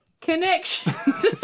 Connections